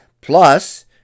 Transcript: plus